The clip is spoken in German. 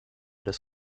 des